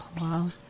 wow